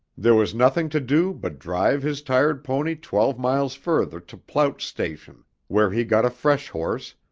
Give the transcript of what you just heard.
there was nothing to do but drive his tired pony twelve miles further to ploutz station, where he got a fresh horse,